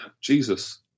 Jesus